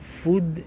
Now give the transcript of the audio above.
food